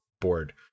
board